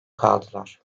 kaldılar